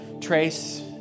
trace